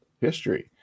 history